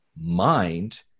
mind